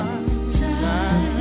time